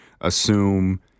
assume